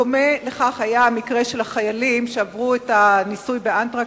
בדומה לכך היה מקרה החיילים שעברו את הניסוי ב"אנתרקס",